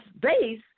base